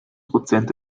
prozent